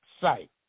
site